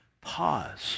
pause